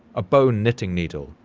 a bone knitting needle,